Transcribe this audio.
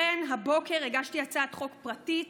לכן הבוקר הגשתי הצעת חוק פרטית